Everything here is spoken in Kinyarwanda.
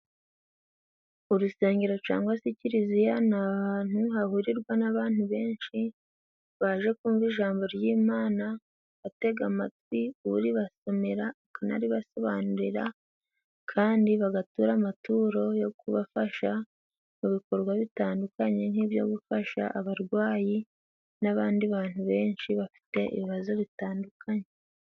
Urusengero cangwa se ikiliziya ni ahantu hahurirwa n'abantu benshi baje kumva ijambo ry'imana, batega amatwi uribasomera akanaribasobanurira, kandi bagatura amaturo yo kubafasha mu bikorwa bitandukanye nk'ibyo gufasha abarwayi, n'abandi bantu benshi bafite ibibazo bitandukanye.